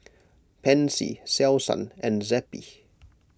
Pansy Selsun and Zappy